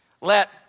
Let